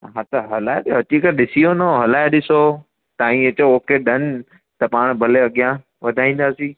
तव्हां हथु हलाए त अची करे ॾिसी वञो हलाए ॾिसो तव्हां ईअं चओ ओके डन त पाण भले अॻियां वधाईंदासीं